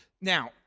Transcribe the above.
now